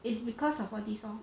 it's because of all these lor